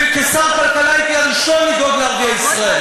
וכשר הכלכלה הייתי הראשון לדאוג לערביי ישראל,